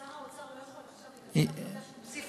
שר האוצר לא יכול עכשיו לקבל החלטה שהוא מוסיף